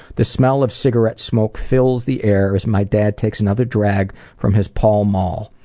the smell of cigarette smoke fills the air as my dad takes another drag from his pall mall.